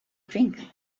drink